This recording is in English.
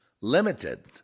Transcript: limited